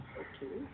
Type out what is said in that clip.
okay